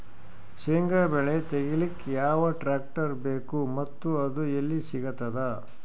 ಶೇಂಗಾ ಬೆಳೆ ತೆಗಿಲಿಕ್ ಯಾವ ಟ್ಟ್ರ್ಯಾಕ್ಟರ್ ಬೇಕು ಮತ್ತ ಅದು ಎಲ್ಲಿ ಸಿಗತದ?